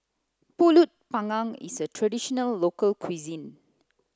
pulut panggang is a traditional local cuisine